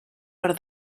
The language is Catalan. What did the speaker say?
per